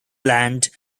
land